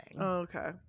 Okay